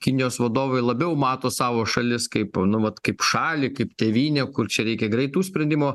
kinijos vadovai labiau mato savo šalis kaip nu vat kaip šalį kaip tėvynę kur čia reikia greitų sprendimų